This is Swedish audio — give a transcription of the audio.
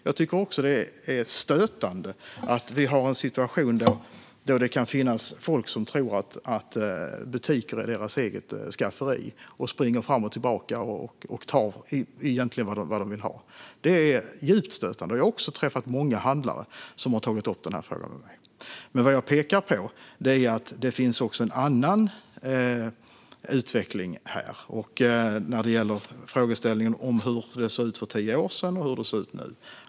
Jag tycker också att det är stötande att vi har en situation där det kan finnas folk som tror att butiker är deras egna skafferier och springer fram och tillbaka och tar vad de vill ha. Det är djupt stötande. Också jag har träffat många handlare som har tagit upp frågan. Men vad jag pekar på är att det också finns en annan utveckling när det gäller frågeställningen om hur det såg ut för tio år sedan och hur det ser ut nu.